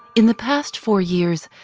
in the past four years,